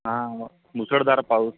हां मुसळधार पाऊस